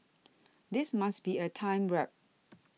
this must be a time warp